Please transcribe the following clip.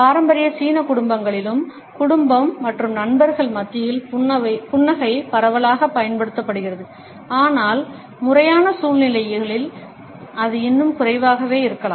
பாரம்பரிய சீன குடும்பங்களிலும் குடும்பம் மற்றும் நண்பர்கள் மத்தியில் புன்னகை பரவலாகப் பயன்படுத்தப்படுகிறது ஆனால் முறையான சூழ்நிலைகளில் அது இன்னும் குறைவாகவே இருக்கலாம்